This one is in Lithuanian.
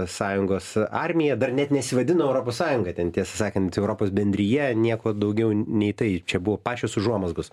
sąjungos armiją dar net nesivadino europos sąjunga ten tiesą sakant europos bendrija nieko daugiau nei tai čia buvo pačios užuomazgos